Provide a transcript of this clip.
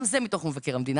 גם זה מתוך מבקר המדינה.